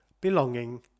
belonging